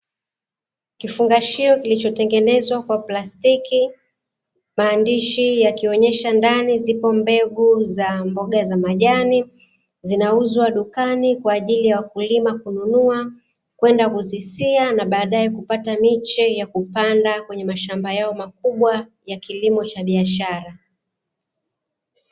kifungashio kilichotengenezwa kwa plastiki, maandishi yakionyesha ndani zipo mbegu za mboga za majani, zinauzwa dukani kwa ajili ya wakulima kununua, kwenda kuzisia na baadae kupata miche ya kupanda kwenye mashamba yao makubwa ya kilimo cha biashara.